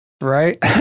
Right